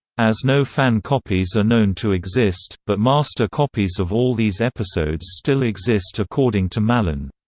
as no fan copies are known to exist, but master copies of all these episodes still exist according to mallon.